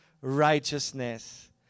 righteousness